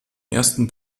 ersten